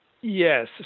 Yes